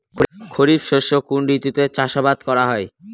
খরিফ শস্য কোন ঋতুতে চাষাবাদ করা হয়?